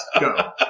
Go